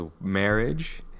marriage